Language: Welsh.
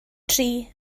tri